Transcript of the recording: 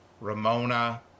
Ramona